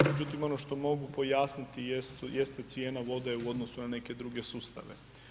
Međutim ono što mogu pojasniti jeste cijena vode u odnosu na neke druge sustave.